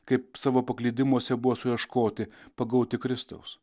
kaip savo paklydimuose buvo suieškoti pagauti kristaus